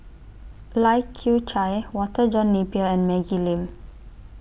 Lai Kew Chai Walter John Napier and Maggie Lim